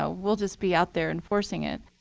ah we'll just be out there enforcing it.